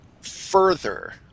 further